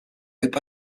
loop